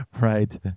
Right